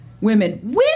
women